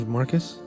Marcus